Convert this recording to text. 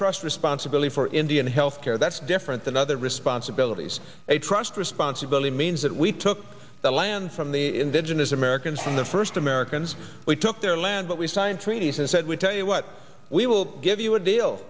trust responsibility for indian health care that's different than other responsibilities a trust responsibility means that we took the land from the indigenous americans from the first americans we took their land but we signed treaties and said we tell you what we will give you a deal